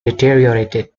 deteriorated